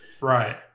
Right